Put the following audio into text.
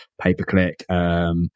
pay-per-click